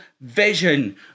vision